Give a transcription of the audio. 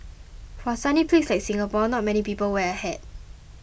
for a sunny place like Singapore not many people wear a hat